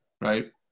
right